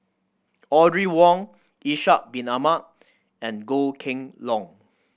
Audrey Wong Ishak Bin Ahmad and Goh Kheng Long